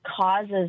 causes